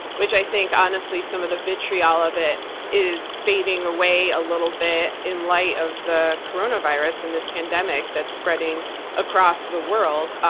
which i think honestly, some of the vitriol of it is fading away a little bit in light of the coronavirus and this pandemic that's spreading across the world,